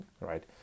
right